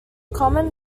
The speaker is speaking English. common